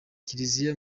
kiliziya